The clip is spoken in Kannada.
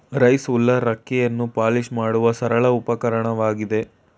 ರೈಸ್ ಉಲ್ಲರ್ ಅಕ್ಕಿಯನ್ನು ಪಾಲಿಶ್ ಮಾಡುವ ಸರಳ ಉಪಕರಣವಾಗಿದೆ